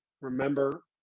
remember